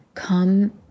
Come